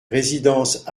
résidence